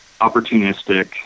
opportunistic